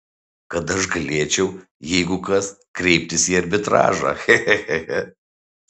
kad aš galėčiau jeigu kas kreiptis į arbitražą che che che che